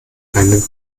einen